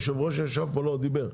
יושב הראש ישב פה, לא דיבר.